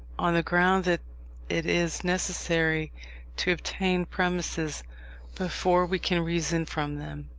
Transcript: on the ground that it is necessary to obtain premises before we can reason from them.